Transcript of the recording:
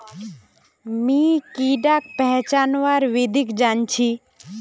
मी कीडाक पहचानवार विधिक जन छी